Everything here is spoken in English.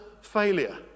failure